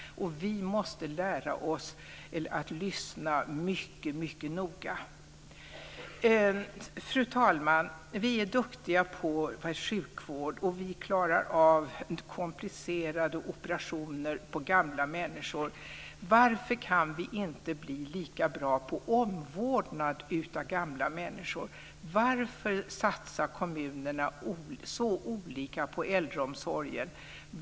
Vi måste lära oss att lyssna mycket noga. Fru talman! Vi är duktiga på sjukvård. Vi klarar av komplicerade operationer på gamla människor. Varför kan vi inte bli lika bra på omvårdnad av gamla människor? Varför satsar kommunerna så olika mycket på äldreomsorgen?